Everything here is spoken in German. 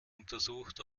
untersucht